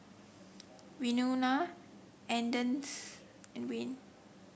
Wynona and Wayne